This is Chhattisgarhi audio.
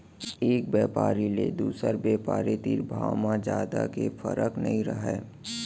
एक बेपारी ले दुसर बेपारी तीर भाव म जादा के फरक नइ रहय